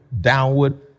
downward